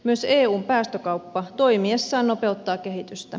myös eun päästökauppa toimiessaan nopeuttaa kehitystä